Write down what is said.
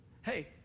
Hey